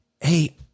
hey